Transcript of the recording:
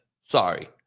Sorry